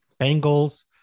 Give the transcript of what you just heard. Bengals